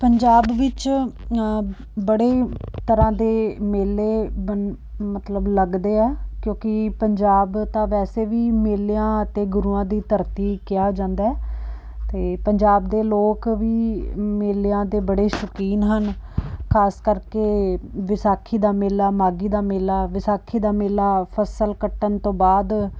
ਪੰਜਾਬ ਵਿੱਚ ਬੜੇ ਤਰ੍ਹਾਂ ਦੇ ਮੇਲੇ ਬਣ ਮਤਲਬ ਲੱਗਦੇ ਆ ਕਿਉਂਕਿ ਪੰਜਾਬ ਤਾਂ ਵੈਸੇ ਵੀ ਮੇਲਿਆਂ ਅਤੇ ਗੁਰੂਆਂ ਦੀ ਧਰਤੀ ਕਿਹਾ ਜਾਂਦਾ ਅਤੇ ਪੰਜਾਬ ਦੇ ਲੋਕ ਵੀ ਮੇਲਿਆਂ ਦੇ ਬੜੇ ਸ਼ੌਕੀਨ ਹਨ ਖਾਸ ਕਰਕੇ ਵਿਸਾਖੀ ਦਾ ਮੇਲਾ ਮਾਘੀ ਦਾ ਮੇਲਾ ਵਿਸਾਖੀ ਦਾ ਮੇਲਾ ਫਸਲ ਕੱਟਣ ਤੋਂ ਬਾਅਦ